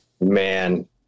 Man